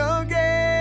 again